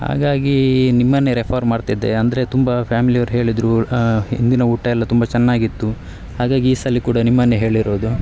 ಹಾಗಾಗಿ ನಿಮ್ಮನ್ನೇ ರೆಫರ್ ಮಾಡ್ತಿದ್ದೆ ಅಂದರೆ ತುಂಬ ಫ್ಯಾಮಿಲಿ ಅವ್ರು ಹೇಳಿದರು ಹಿಂದಿನ ಊಟ ಎಲ್ಲ ತುಂಬ ಚೆನ್ನಾಗಿತ್ತು ಹಾಗಾಗಿ ಈ ಸಲ ಕೂಡ ನಿಮ್ಮನ್ನೇ ಹೇಳಿರೋದು